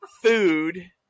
food